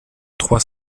trois